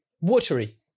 watery